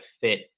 fit